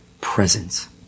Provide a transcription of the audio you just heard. presence